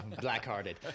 Black-hearted